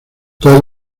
todos